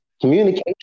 Communication